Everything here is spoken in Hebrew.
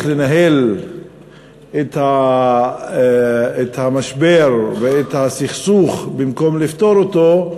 לנהל את המשבר ואת הסכסוך במקום לפתור אותו,